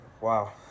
wow